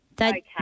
Okay